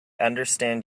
understand